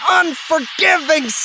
unforgiving